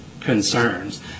concerns